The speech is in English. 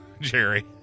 jerry